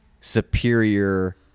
superior